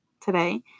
today